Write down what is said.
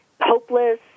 hopeless